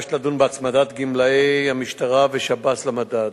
ביקשת לדון בהצמדת גמלאי המשטרה והשב"ס למדד.